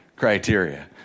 criteria